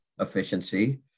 efficiency